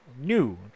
new